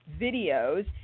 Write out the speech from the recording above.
videos